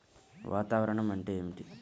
వాతావరణం అంటే ఏమిటి?